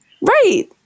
Right